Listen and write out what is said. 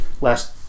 last